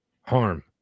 harm